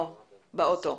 באוטו.